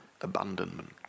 abandonment